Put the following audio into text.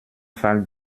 fall